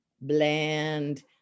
bland